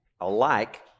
alike